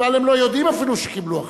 הם בכלל לא יודעים אפילו שקיבלו החלטה.